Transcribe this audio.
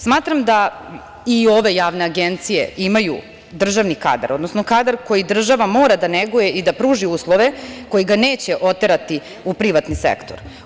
Smatram da i ove javne agencije imaju državni kadar, odnosno kadar koji država mora da neguje i da pruži uslove koji ga neće oterati u privatni sektor.